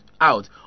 out